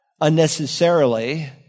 unnecessarily